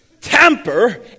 tamper